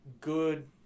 good